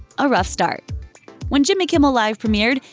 a rough start when jimmy kimmel live! premiered,